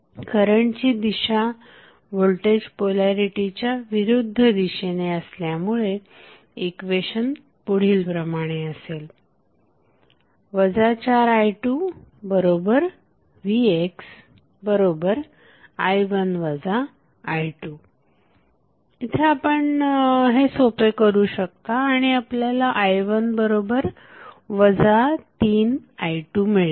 करंटची दिशा voltage polarity च्या विरुद्ध दिशेने असल्यामुळे इक्वेशन पुढील प्रमाणे असेल 4i2vxi1 i2 येथे आपण हे सोपे करू शकता आणि आपल्याला i1 3i2 मिळेल